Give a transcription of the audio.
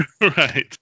Right